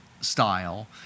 style